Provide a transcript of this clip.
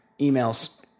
emails